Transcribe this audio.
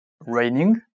raining